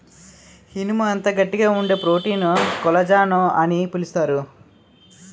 ఇనుము అంత గట్టిగా వుండే ప్రోటీన్ కొల్లజాన్ అని పిలుస్తారు